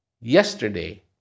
yesterday